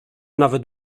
nawet